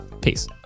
peace